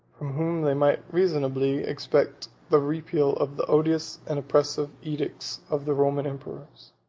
from whom they might reasonably expect the repeal of the odious and oppressive edicts of the roman emperors.